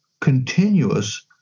continuous